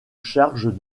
charge